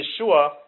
Yeshua